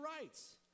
rights